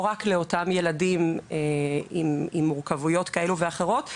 לא רק לאותם ילדים עם מורכבויות כאלה ואחרות,